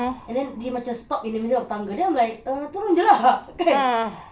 and then dia macam stop in the middle of tangga then I'm like uh turun jer lah kan